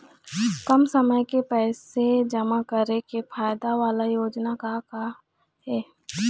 कम समय के पैसे जमा करे के फायदा वाला योजना का का हे?